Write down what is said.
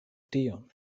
tion